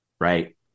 right